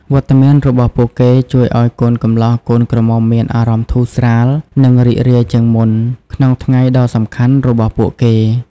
វត្តមានរបស់ពួកគេជួយឱ្យកូនកំលោះកូនក្រមុំមានអារម្មណ៍ធូរស្រាល និងរីករាយជាងមុនក្នុងថ្ងៃដ៏សំខាន់របស់ពួកគេ។